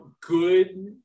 good